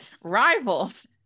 Rivals